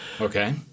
Okay